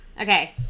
Okay